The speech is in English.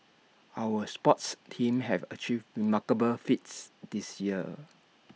our sports teams have achieved remarkable feats this year